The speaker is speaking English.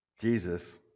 Jesus